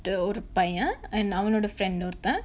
ஒரு பையன்:oru paiyan and அனவோட:avanoda friend ஒருத்தன்:oruthan